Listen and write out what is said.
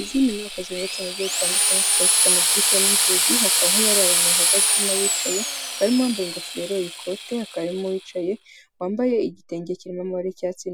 Izi ni inyubako zubatse mu buryo butandukanye, zikaba zifite amadirishya n'inzugi, hakaba hari abantu bahagaze n'abicaye, hakaba harimo abambaye ingofero, ikote hakaba harimo uwicaye wambaye igitenge kirimo amabara yicyacyatsi